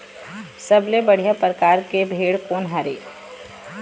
सबले बढ़िया परकार के भेड़ कोन हर ये?